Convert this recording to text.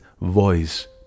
voice